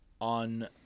on